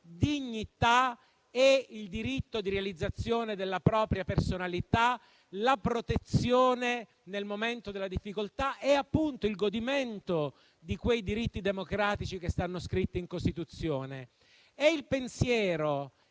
dignità, il diritto di realizzazione della propria personalità, la protezione nel momento della difficoltà e appunto il godimento di quei diritti democratici che stanno scritti nella Costituzione. Il pensiero